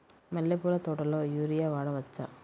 మల్లె పూల తోటలో యూరియా వాడవచ్చా?